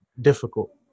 difficult